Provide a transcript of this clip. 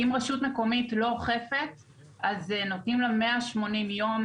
אם רשות מקומית לא אוכפת אז נותנים לה 180 יום